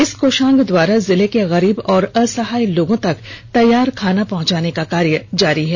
इस कोषांग द्वारा जिले के गरीब एवं असहाय लोगों तक तैयार खाना पहुंचाने का कार्य लगातार जारी है